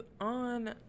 on